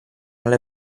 alle